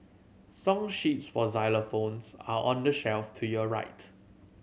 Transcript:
song sheets for xylophones are on the shelf to your right